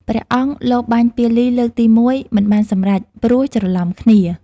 ព្រះអង្គលបបាញ់ពាលីលើកទី១ មិនបានសម្រេច ព្រោះច្រឡំគ្នា។